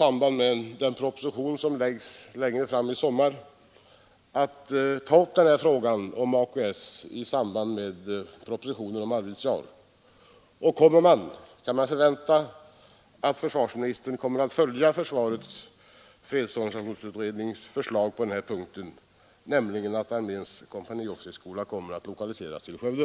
om man i den proposition som läggs längre fram i sommar kommer att ta upp frågan om AKS i samband med frågan om ett förband till Arvidsjaur. Och kan vi förvänta att försvarsministern följer försvarets fredsorganisationsutrednings förslag på denna punkt, nämligen att arméns kompaniofficersskola lokaliseras till Skövde?